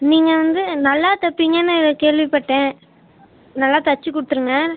நீங்கள் வந்து நல்லா தைப்பீங்கன்னு கேள்விப்பட்டேன் நல்லா தைச்சு கொடுத்துருங்க